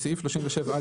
בסעיף 37א,